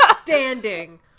standing